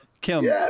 Kim